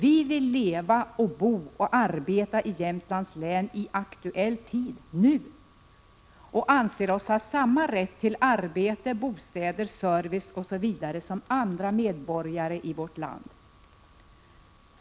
Vi vill leva, bo och arbeta i vårt län i aktuell tid, nu, och vi anser oss ha samma rätt till arbete, bostäder, service osv. som andra medborgare i vårt land.